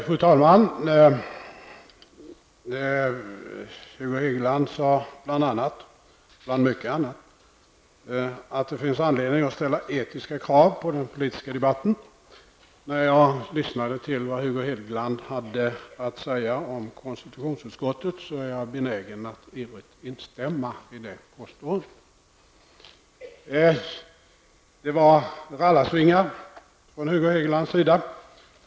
Fru talman! Hugo Hegeland sade bl.a., bland mycket annat, att det finns anledning att ställa etiska krav på den politiska debatten. När jag lyssnade till vad Hugo Hegeland hade att säga om konstitutionsutskottet blev jag benägen att ivrigt instämma i hans påstående. Det var rallarsvingar från Hugo Hegelands sida.